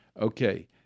Okay